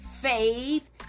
faith